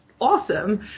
awesome